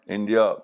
India